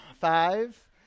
Five